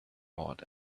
awed